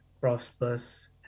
prosperous